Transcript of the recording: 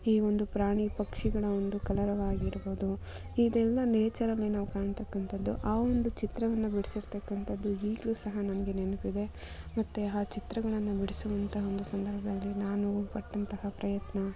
ಈ ಒಂದು ಪ್ರಾಣಿ ಪಕ್ಷಿಗಳ ಒಂದು ಕಲರವ ಆಗಿರಬೋದು ಇದೆಲ್ಲ ನೇಚರಲ್ಲಿ ನಾವು ಕಾಣ್ತಕ್ಕಂಥದ್ದು ಆ ಒಂದು ಚಿತ್ರವನ್ನು ಬಿಡಿಸಿರ್ತಕ್ಕಂಥದ್ದು ಈಗಲೂ ಸಹ ನನಗೆ ನೆನಪಿದೆ ಮತ್ತು ಆ ಚಿತ್ರಗಳನ್ನು ಬಿಡಿಸುವಂಥ ಒಂದು ಸಂದರ್ಭದಲ್ಲಿ ನಾನು ಪಟ್ಟಂತಹ ಪ್ರಯತ್ನ